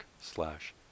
slash